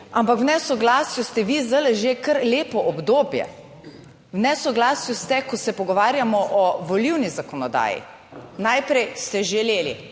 Ampak v nesoglasju ste vi zdaj že kar lepo obdobje. V nesoglasju ste, ko se pogovarjamo o volilni zakonodaji. Najprej ste želeli